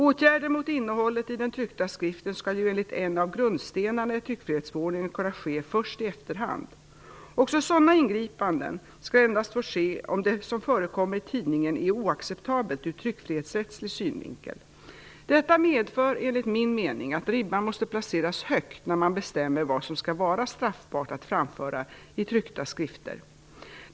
Åtgärder mot innehållet i den tryckta skriften skall ju enligt en av grundstenarna i tryckfrihetsförordningen kunna ske först i efterhand. Och sådana ingripanden skall endast få ske om det som förekommer i tidningen är oacceptabelt ur tryckfrihetsrättslig synvinkel. Detta medför enligt min mening att ribban måste placeras högt när man bestämmer vad som skall vara straffbart att framföra i tryckta skrifter.